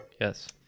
Yes